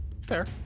Fair